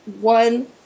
one